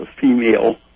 female